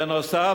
בנוסף,